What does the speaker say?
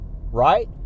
right